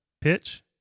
pitch